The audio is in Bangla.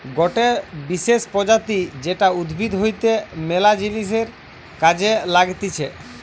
গটে বিশেষ প্রজাতি যেটা উদ্ভিদ হইতে ম্যালা জিনিসের কাজে লাগতিছে